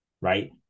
right